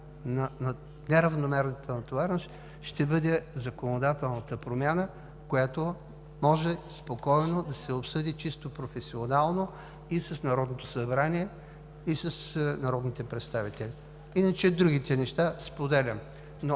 на неравномерната натовареност ще бъде законодателната промяна, която може спокойно да се обсъди чисто професионално и с Народното събрание, и с народните представители. Иначе другите неща споделям,